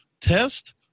test